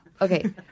okay